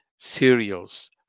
cereals